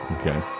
okay